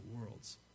world's